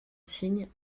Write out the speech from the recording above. signe